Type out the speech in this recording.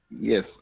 Yes